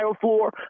floor